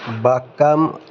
बागकाम